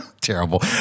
terrible